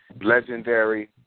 legendary